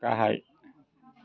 गाहाय